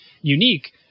unique